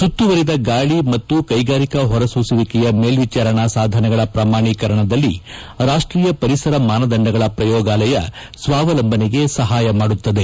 ಸುತ್ತುವರಿದ ಗಾಳಿ ಮತ್ತು ಕೈಗಾರಿಕಾ ಹೊರಸೂಸುವಿಕೆಯ ಮೇಲ್ವಿಚಾರಣಾ ಸಾಧನಗಳ ಪ್ರಮಾಣೀಕರಣದಲ್ಲಿ ರಾಷ್ಟೀಯ ಪರಿಸರ ಮಾನದಂಡಗಳ ಪ್ರಯೋಗಾಲಯ ಸ್ವಾವಲಂಬನೆಗೆ ಸಹಾಯ ಮಾಡುತ್ತದೆ